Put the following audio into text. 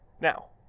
Now